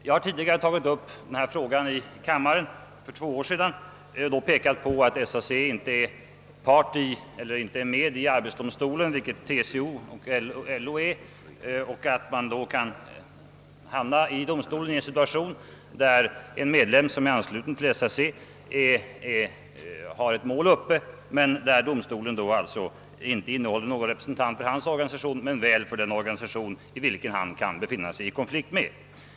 Jag har tidigare tagit upp denna fråga i kammaren, nämligen för två år sedan, och då pekat på att SAC inte är representerat i arbetsdomstolen, vilket TCO och LO är, och att man då kan i arbetsdomstolen hamna i en situation, där medlem som är ansluten till SAC har ett mål, men där det i domstolen inte finns någon representant för hans organisation men väl för den organisation, som han kan befinna sig i konflikt med.